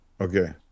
Okay